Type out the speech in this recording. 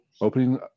opening